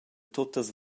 tuttas